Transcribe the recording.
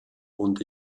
und